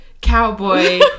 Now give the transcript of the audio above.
cowboy